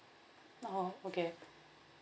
oh okay